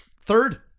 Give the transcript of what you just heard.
Third